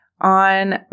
on